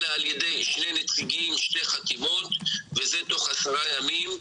אלא על ידי שני נציגים עם שתי חתימות וזה תוך עשרה ימים.